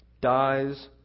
dies